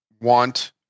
want